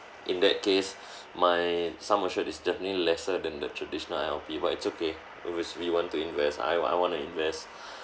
in that case my sum assured is definitely lesser than the traditional I_L_P but it's okay because we want to invest I I want to invest